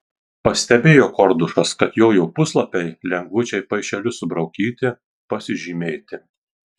pastebėjo kordušas kad jojo puslapiai lengvučiai paišeliu subraukyti pasižymėti